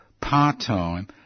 part-time